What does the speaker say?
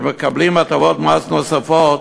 שמקבלים הטבות מס נוספות,